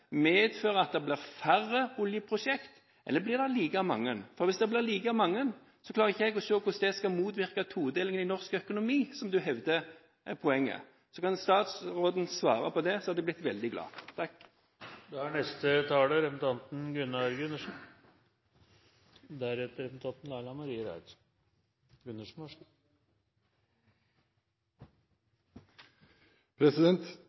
medføre at det blir færre oljeprosjekter, eller blir det like mange? Hvis det blir like mange, klarer ikke jeg å se hvordan det skal motvirke todelingen i norsk økonomi, som statsråden hevder er poenget. Kunne statsråden svare på det, hadde jeg blitt veldig glad. Det er